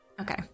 Okay